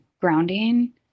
grounding